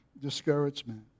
discouragement